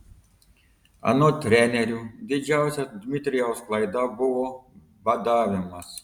anot trenerių didžiausia dmitrijaus klaida buvo badavimas